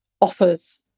offers